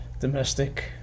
domestic